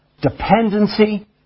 dependency